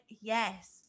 yes